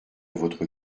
votre